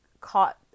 caught